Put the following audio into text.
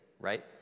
right